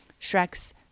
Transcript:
Shrek's